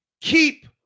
keep